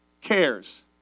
cares